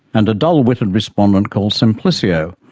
and a dull-witted respondent called simplicio,